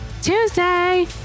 Tuesday